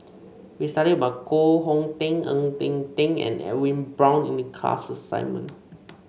we studied about Koh Hong Teng Ng Eng Teng and Edwin Brown in the class assignment